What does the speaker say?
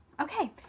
Okay